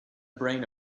brain